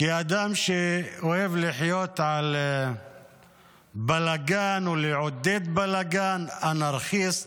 כאדם שאוהב לחיות על בלגן ולעודד בלגן, אנרכיסט.